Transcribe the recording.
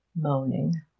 moaning